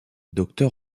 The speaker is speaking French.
docteur